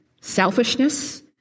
selfishness